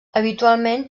habitualment